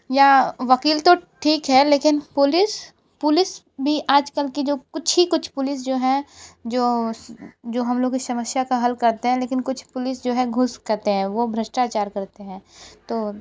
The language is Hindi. या वकील तो ठीक है लेकिन पुलिस पुलिस भी आजकल की जो कुछ ही कुछ पुलिस जो है जो जो हम लोग का समस्या का हल करते हैं लेकिन कुछ पुलिस जो है घूस करते हैं वो भ्रष्टाचार करते हैं तो